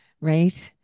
right